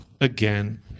again